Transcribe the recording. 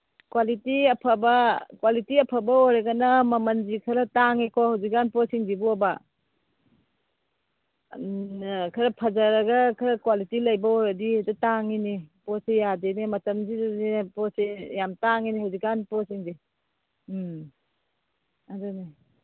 quality ꯑꯐꯕ quality ꯑꯐꯕ ꯑꯣꯏꯔꯒꯅ ꯃꯃꯟꯁꯤ ꯈꯔ ꯇꯥꯡꯉꯦꯀꯣ ꯍꯧꯖꯤꯛꯀꯥꯟ ꯄꯣꯠꯁꯤꯡꯁꯤꯕꯣꯕ ꯈꯔ ꯐꯖꯔꯒ ꯈꯔ ꯀ꯭ꯋꯥꯂꯤꯇꯤ ꯂꯩꯕ ꯑꯣꯏꯔꯗꯤ ꯍꯦꯛꯇ ꯇꯥꯡꯉꯤꯅꯦ ꯄꯣꯠꯁꯦ ꯌꯥꯗꯦꯅꯦ ꯃꯇꯝꯁꯤꯗꯁꯨꯅꯦ ꯄꯣꯠꯁꯦ ꯌꯥꯝ ꯇꯥꯡꯉꯤꯅꯦ ꯍꯧꯖꯤꯛꯀꯥꯟ ꯄꯣꯠꯁꯤꯡꯁꯦ ꯎꯝ ꯑꯗꯨꯅꯦ